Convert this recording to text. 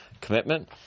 commitment